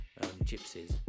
Gypsies